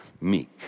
meek